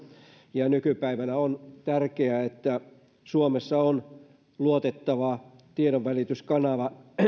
ja nykypäivänä on tärkeää että suomessa on luotettava tiedonvälityskanava